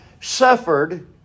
suffered